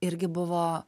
irgi buvo